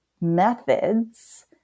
methods